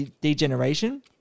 Degeneration